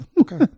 okay